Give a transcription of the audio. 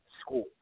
school